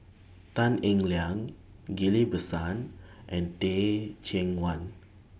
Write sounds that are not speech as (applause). (noise) Tan Eng Liang Ghillie BaSan and Teh Cheang Wan